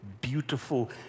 beautiful